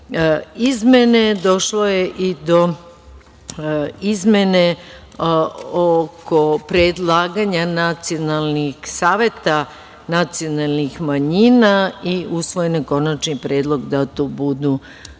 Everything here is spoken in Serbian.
izmene, došlo je i do izmene oko predlaganja nacionalnih saveta nacionalnih manjina i usvojen je konačni predlog da to budu